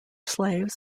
slaves